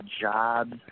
jobs